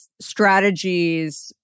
strategies